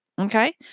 Okay